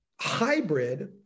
Hybrid